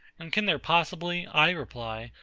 and can there possibly, i reply,